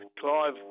Clive